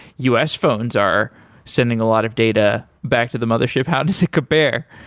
us phones are sending a lot of data back to the mothership. how does it compare?